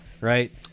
right